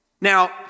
Now